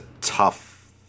tough